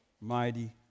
mighty